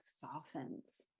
softens